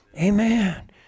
Amen